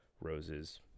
roses